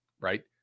right